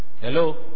Hello